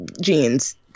jeans